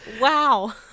wow